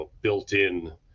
built-in